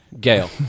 Gail